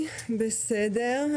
תודה.